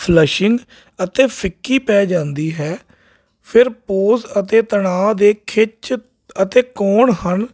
flashing ਅਤੇ ਫਿੱਕੀ ਪੈ ਜਾਂਦੀ ਹੈ ਫਿਰ ਪੋਜ ਅਤੇ ਤਣਾਅ ਦੇ ਖਿੱਚ ਅਤੇ ਕੋਣ ਹਨ